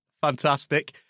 Fantastic